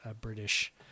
British